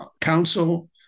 Council